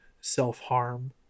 self-harm